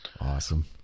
Awesome